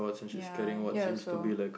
ya here also